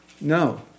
No